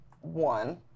one